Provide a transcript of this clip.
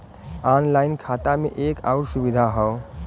online खाता में एक आउर सुविधा हौ